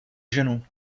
ženu